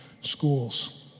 schools